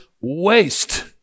waste